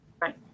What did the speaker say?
Right